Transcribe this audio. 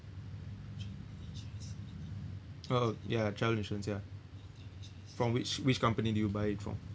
oh ya travel insurance ya from which which company do you buy it from